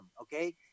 Okay